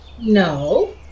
No